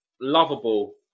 lovable